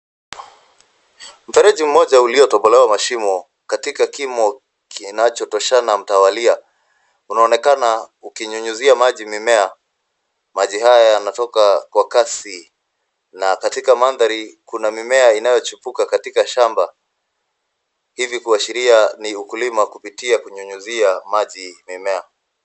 Mfereji moja uliyotobolewa mashimo katika kimo kinachotoshana mtawaliya. Unaonekana ukinyunyuzia maji mimea, maji hayo yanatoka kwa kasi na katika mandhari kuna mimea inayochipuka katika shamba, hivi kuashiria ni ukulima kupitia kunyunyizia maji mimea.